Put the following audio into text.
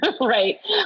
right